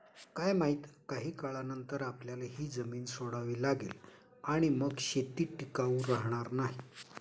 काय माहित, काही काळानंतर आपल्याला ही जमीन सोडावी लागेल आणि मग शेती टिकाऊ राहणार नाही